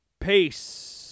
Peace